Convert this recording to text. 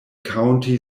county